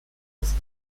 ist